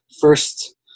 first